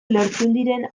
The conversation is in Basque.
lertxundiren